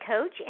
Coach